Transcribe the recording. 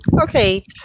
Okay